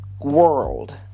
world